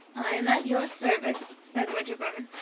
i am at your service, said winterbourne.